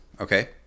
Okay